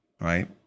right